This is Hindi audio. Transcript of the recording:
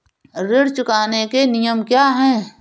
ऋण चुकाने के नियम क्या हैं?